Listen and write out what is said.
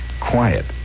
Quiet